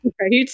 Right